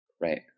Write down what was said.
Right